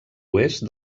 oest